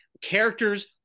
characters